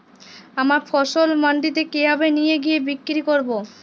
আমার ফসল মান্ডিতে কিভাবে নিয়ে গিয়ে বিক্রি করব?